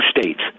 states